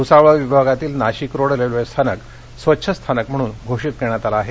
भूसावळ विभागातील Nashik road railway स्थानक स्वच्छ स्थानक म्हणून घोषित करण्यात आलं आहे